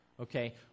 okay